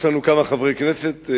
יש לנו כמה חברי כנסת,